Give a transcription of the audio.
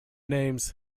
name’s